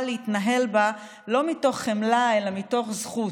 להתנהל בה לא מתוך חמלה אלא מתוך זכות.